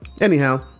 anyhow